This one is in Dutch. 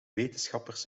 wetenschappers